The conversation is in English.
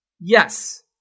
Yes